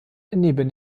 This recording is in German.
neben